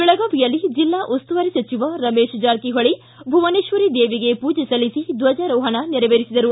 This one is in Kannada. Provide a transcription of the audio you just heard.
ಬೆಳಗಾವಿಯಲ್ಲಿ ಜಿಲ್ಲಾ ಉಸ್ತುವಾರಿ ಸಚಿವ ರಮೇಶ ಜಾರಕಿಹೊಳ ಭುವನೇತ್ವರಿ ದೇವಿಗೆ ಪೂಜೆ ಸಲ್ಲಿಸಿ ಧ್ವಜಾರೋಹಣ ನೆರವೇರಿಸಿದರು